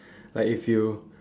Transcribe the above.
like if you